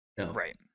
Right